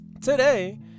today